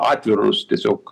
atvirus tiesiog